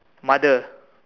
mother